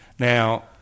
Now